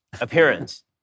appearance